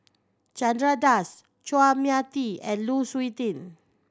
Chandra Das Chua Mia Tee and Lu Suitin